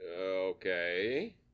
Okay